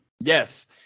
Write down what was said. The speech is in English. Yes